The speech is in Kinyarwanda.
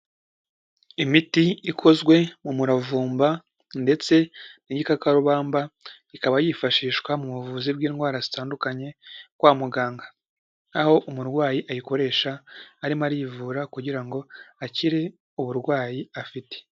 Imiti ikozwe mu muravumba ndetse n'igikakarubamba, ikaba yifashishwa mu buvuzi bw'indwara zitandukanye kwa muganga, aho umurwayi ayikoresha arimo arivura kugira ngo akire uburwayi afite.